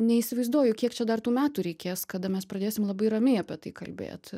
neįsivaizduoju kiek čia dar tų metų reikės kada mes pradėsim labai ramiai apie tai kalbėt